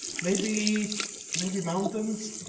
maybe maybe mountains?